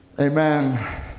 amen